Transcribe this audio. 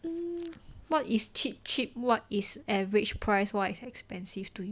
hmm what is cheap cheap what is average price what is expensive to you